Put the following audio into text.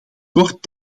kort